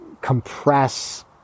compress